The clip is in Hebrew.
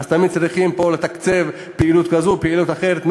תמיד צריכים לתקצב פעילות כזאת ופעילות אחרת,